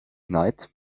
night